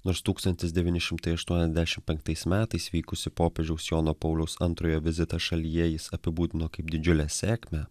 nors tūkstantis devyni šimtai aštuoniasdešim penktais metais vykusį popiežiaus jono pauliaus antrojo vizitą šalyje jis apibūdino kaip didžiulę sėkmę